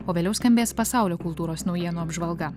o vėliau skambės pasaulio kultūros naujienų apžvalga